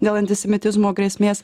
dėl antisemitizmo grėsmės